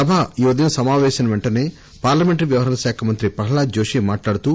సభ ఈ ఉదయం సమాపేశమైన పెంటసే పార్లమెంటరీ వ్యవహారాల శాఖ మంత్రి ప్రహ్లాద్ జోషి మాట్లాడుతూ